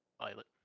Violet